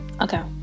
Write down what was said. Okay